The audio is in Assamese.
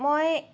মই